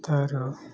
ତା'ର